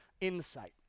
insight